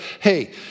hey